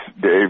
Dave